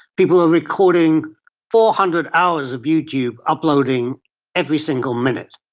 people are recording four hundred hours of youtube, uploading every single minute.